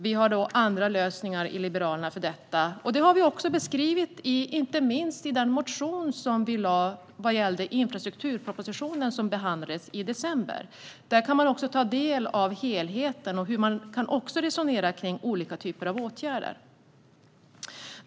Vi i Liberalerna har andra lösningar för detta, och dem har vi beskrivit inte minst i den motion vi lämnade i samband med infrastrukturpropositionen som behandlades i december. Där kan man också ta del av helheten och hur man kan resonera om olika typer av åtgärder.